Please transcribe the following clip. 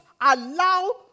allow